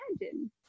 imagine